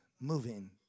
moving